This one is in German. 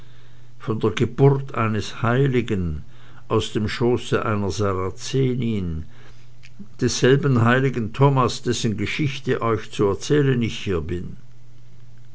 von der geburt eines heiligen aus dem schoße einer sarazenin desselben heiligen thomas dessen geschichte euch zu erzählen ich hier bin